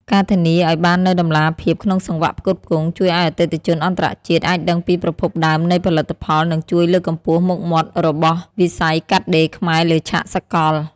ការធានាឱ្យបាននូវតម្លាភាពក្នុងសង្វាក់ផ្គត់ផ្គង់ ជួយឱ្យអតិថិជនអន្តរជាតិអាចដឹងពីប្រភពដើមនៃផលិតផល និងជួយលើកកម្ពស់មុខមាត់របស់វិស័យកាត់ដេរខ្មែរលើឆាកសកល។